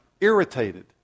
irritated